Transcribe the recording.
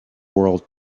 world